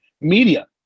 media